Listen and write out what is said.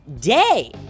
day